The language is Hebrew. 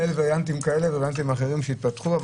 כל מיני וריאנטים כאלה ואחרים שהתפתחו,